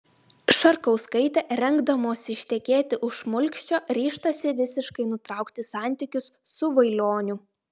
šarkauskaitė rengdamosi ištekėti už šmulkščio ryžtasi visiškai nutraukti santykius su vailioniu